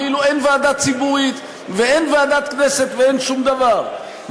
כאילו אין ועדה ציבורית ואין ועדת כנסת ואין שום דבר,